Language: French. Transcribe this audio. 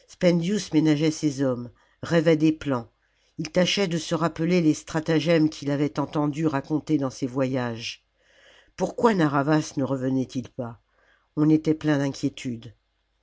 ménageait ses hommes rêvait des plans il tâchait de se rappeler les stratagèmes qu'il avait entendu raconter dans ses voyages pourquoi narr'havas ne revenait-il pas on était plein d'inquiétudes